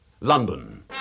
London